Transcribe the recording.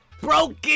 broken